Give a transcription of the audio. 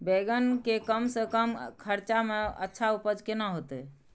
बेंगन के कम से कम खर्चा में अच्छा उपज केना होते?